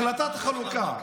אני מקבל, עודד, החלטת החלוקה.